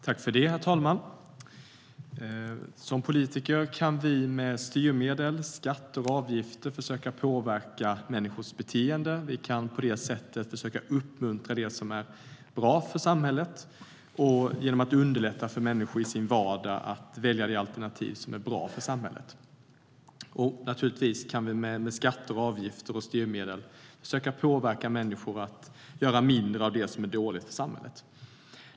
Herr talman! Som politiker kan vi med styrmedel, skatter och avgifter försöka påverka människors beteende och på det sättet försöka uppmuntra och underlätta för människor att i vardagen välja det alternativ som är bra för samhället. Naturligtvis kan vi med skatter, avgifter och styrmedel försöka påverka människor att göra mindre av det som är dåligt i samhället.